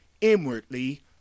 inwardly